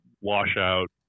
washout